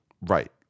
Right